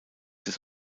des